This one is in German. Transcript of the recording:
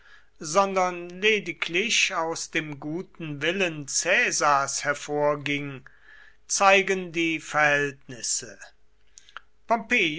sondern lediglich aus dem guten willen caesars hervorging zeigen die verhältnisse